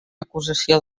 acusació